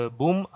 boom